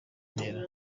ntera